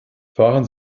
fahren